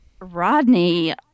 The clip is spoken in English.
Rodney